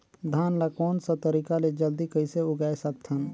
धान ला कोन सा तरीका ले जल्दी कइसे उगाय सकथन?